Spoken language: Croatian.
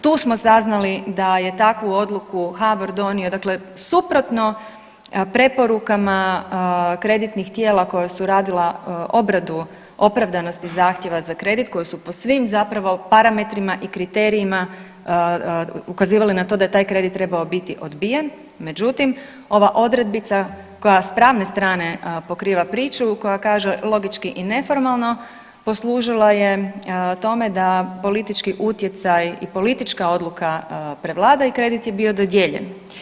Tu smo saznali da je takvu odluku HBOR donio dakle suprotno preporukama kreditnih tijela koja su radila obradu opravdanosti zahtjeva za kredit koji su po svim zapravo parametrima i kriterijima ukazivali na to da je taj kredit trebao biti odbijen, međutim ova odredbica koja s pravne strane pokriva priču koja kaže logički i neformalno poslužila je tome da politički utjecaj i politička odluka prevlada i kredit je bio dodijeljen.